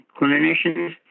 clinicians